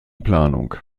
planung